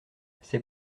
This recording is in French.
c’est